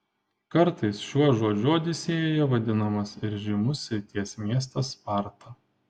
kartais šiuo žodžiu odisėjoje vadinamas ir žymus srities miestas sparta